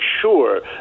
sure